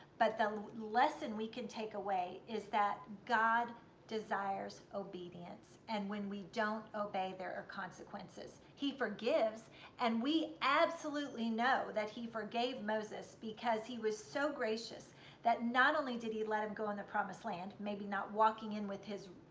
but the lesson we can take away is that god desires obedience and when we don't obey there are consequences. he forgives and we absolutely know that he forgave moses because he was so gracious that not only did he let him go in the promised land maybe not walking in with his,